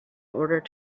order